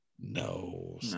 No